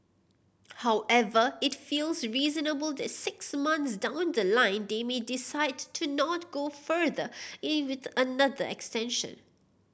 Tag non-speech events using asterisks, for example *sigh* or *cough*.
however it feels reasonable that six months down the line they may decide to not go further *unintelligible* with another extension